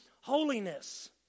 holiness